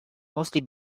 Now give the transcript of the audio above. mostly